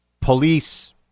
police